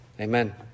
amen